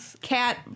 cat